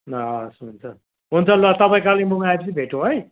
ल हवस् हुन्छ हुन्छ ल तपाईँ कालिम्पोङ आएपछि भेटौँ है